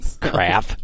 crap